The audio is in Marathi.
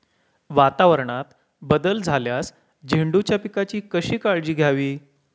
वातावरणात बदल झाल्यास झेंडूच्या पिकाची कशी काळजी घ्यावी?